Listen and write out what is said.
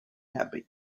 happy